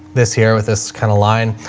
this here with this kind of line.